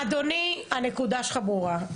אדוני, הנקודה שלך ברורה.